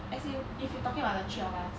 as in if you talking about the three of us